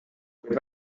kuid